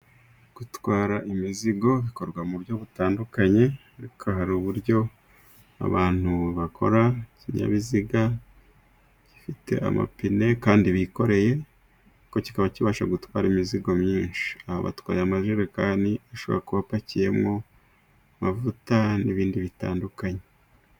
Gutwara imizigo bikorwa mu buryo butandukanye, ariko hari uburyo abantu bakora ikinyabiziga gifite amapine kandi bikoreye ariko kikaba kibasha gutwara imizigo myinshi, aba batwaye amajerekani bashobora kuba bapakiyemo amavuta n'ibindi bitandukanye.